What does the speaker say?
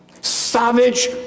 Savage